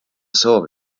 soov